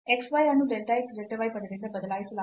x y ಅನ್ನು delta x delta y ಪದದಿಂದ ಬದಲಾಯಿಸಲಾಗುತ್ತದೆ